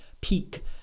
peak